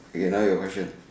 okay now your question